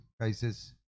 cases